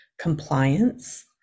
compliance